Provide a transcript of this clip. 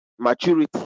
Maturity